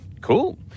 Cool